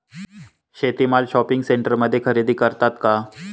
शेती माल शॉपिंग सेंटरमध्ये खरेदी करतात का?